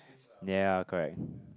yea correct